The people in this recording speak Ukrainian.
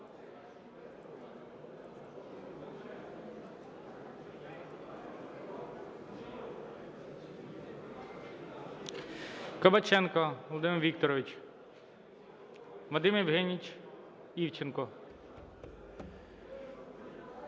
Кабаченко Володимир Вікторович. Вадим Євгенович Івченко.